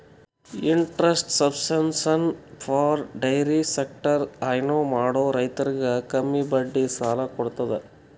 interest subvention for dairy sector ಹೈನಾ ಮಾಡೋ ರೈತರಿಗ್ ಕಮ್ಮಿ ಬಡ್ಡಿ ಸಾಲಾ ಕೊಡತದ್